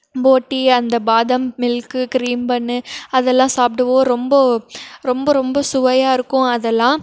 போட்டி அந்தப் பாதாம் மில்க்கு க்ரீம் பன்னு அதெல்லாம் சாப்பிடுவோம் ரொம்ப ரொம்ப ரொம்ப சுவையாக இருக்கும் அதெல்லாம்